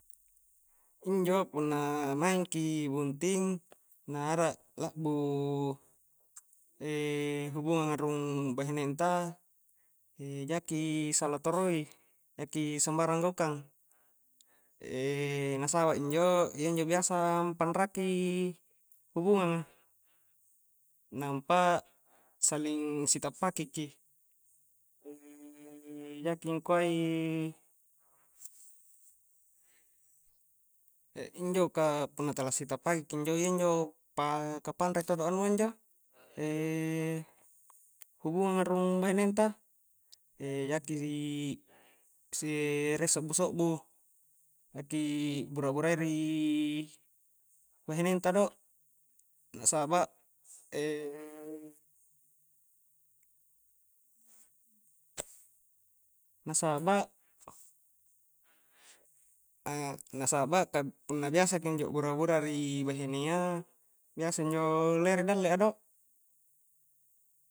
Injo punna maeng ki bunting na arak lakbu hubungang a rung bahineng ta jaki sala toroi jaki sambarang gaukang na sabak injo iya injo biasa panraki hubungang a nampa saling si tappaki ki jaki angkuai e injoka punna tala sitappaki ki injo iya injo pakapanra i todo anua injo hubungang a rung bahineng ta jaki si rie sokbu-sokbu aki' bura-burai ri bahineng ta do na saba' na saba' aaaa na saba' ka punna biasa ki injo bura-bura ri bahinea biasa injo lere dallea do.